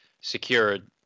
secured